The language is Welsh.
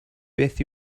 beth